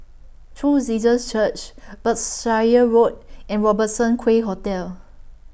True Jesus Church Berkshire Road and Robertson Quay Hotel